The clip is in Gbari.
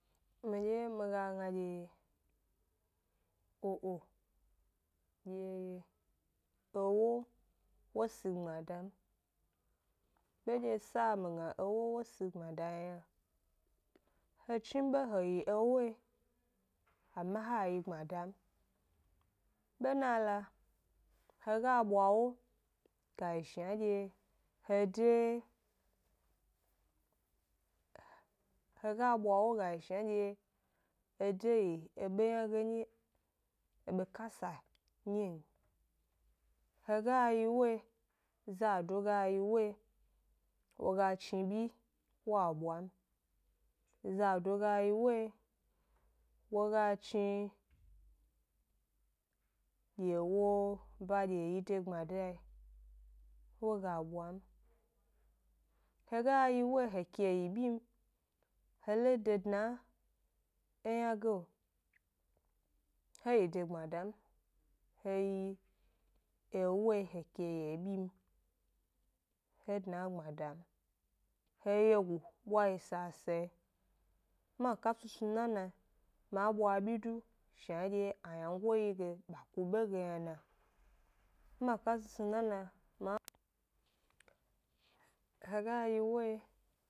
Midye mi ga gna dye, o'o, dye ewo wo si gbmada m, bedye sa mi gna ewo wo si gbmada m yna, he chnibe he yi ewo yi ama ha yi gbmada m, bena loa, he ga bwa wo ga yi shna dye he de he ga bwa wo ga yi shna dye he de yi ebe ynage nyi bekasa nyi n. h e ga yi wo yi zado ga yi wo yi, wo ga chni byi wa bwa m, zado ga yi wo yi, wo ga chni dye wo ba dye e yi de gbmada yi, wo ga bwa m, he ga yi wo yi he ke yi byi m, he lo de dna e ynageo, he yi de gbmada m, he yi ewo yi he ke yi byi m, he dna e gbmada m, he wyegu bwa yi sasa ma ka snusnu nana ma bwa byi du shnadye aynango yi ge ba ku be ge yna na. ma ka snusnu nnanan, he ga yi wo yi.